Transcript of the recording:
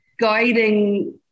guiding